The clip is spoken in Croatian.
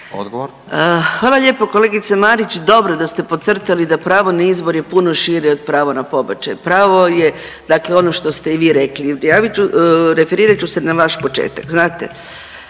(GLAS)** Hvala lijepo kolegice Marić. Dobro da ste podcrtali da pravo na izbor je puno šire od prava na pobačaj. Pravo je dakle ono što ste i vi rekli, referirat ću se na vaš početak.